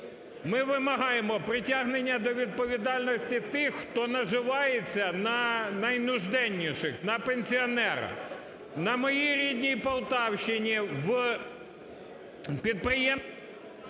Ми вимагаємо притягнення до відповідальності тих, хто наживається на найнужденніших: на пенсіонерах. На моїй рідній Полтавщині в підприєм...